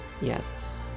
Yes